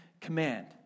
command